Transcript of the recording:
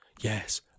Yes